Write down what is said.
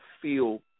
feel